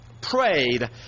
prayed